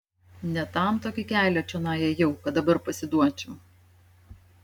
ne tam tokį kelią čionai ėjau kad dabar pasiduočiau